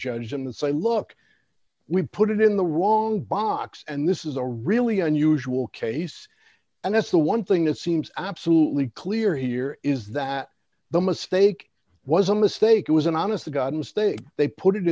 judge and say look we've put it in the wrong box and this is a really unusual case and that's the one thing that seems absolutely clear here is that the mistake was a mistake it was an honest to god and state they put it